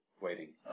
waiting